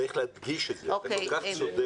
צריך להדגיש את זה, אתה כל כך צודק.